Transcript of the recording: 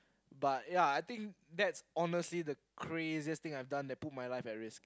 but ya I think that's honestly the craziest thing I have done that put my life at risk